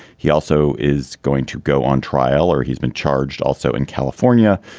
he also is going to go on trial or he's been charged. also in california,